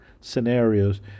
scenarios